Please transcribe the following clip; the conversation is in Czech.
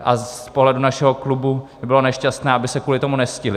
Z pohledu našeho klubu by bylo nešťastné, aby se kvůli tomu nestihly.